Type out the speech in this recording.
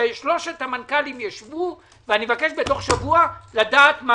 ששלושת המנכ"לים יישבו ואני מבקש בתוך שבוע לדעת מה